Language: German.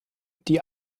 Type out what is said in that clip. die